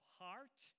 heart